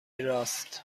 راست